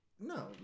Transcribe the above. No